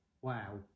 wow